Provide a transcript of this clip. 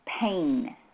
pain